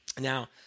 now